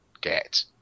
get